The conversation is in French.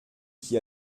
qui